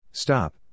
Stop